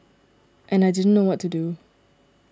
and I didn't know what to do